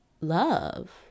love